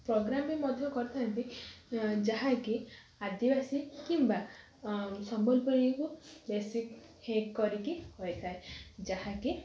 programme ବି ମଧ୍ୟ କରିଥାନ୍ତି ଯାହାକି ଆଦିବାସୀ କିମ୍ବା ସମ୍ବଲପୁରୀକୁ ବେଶୀ ହେକ୍ କରିକି ହୋଇଥାଏ ଯାହାକି